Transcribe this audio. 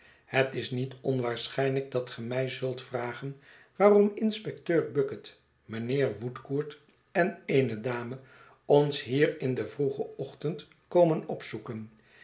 het is niet onwaarschijnlijk dat ge mij zult vragen waarom inspecteur bucket mijnheer woodcourt en eene dame ons hier in den vroegen ochtend komen opzoeken